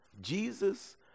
Jesus